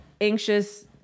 anxious